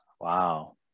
Wow